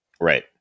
Right